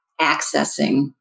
accessing